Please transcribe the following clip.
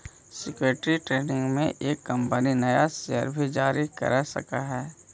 security training में एक company नया शेयर भी जारी कर सकऽ हई